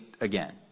again